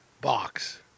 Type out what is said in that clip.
Box